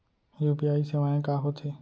UPI सेवाएं का होथे